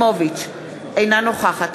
אינו נוכח שלי יחימוביץ,